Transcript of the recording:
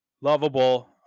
lovable